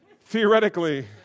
Theoretically